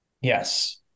Yes